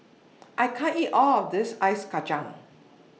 I can't eat All of This Ice Kacang